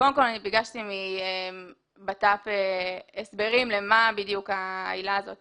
אני ביקשתי מהמשרד לביטחון פנים הסברים למה בדיוק העילה הזאת